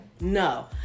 No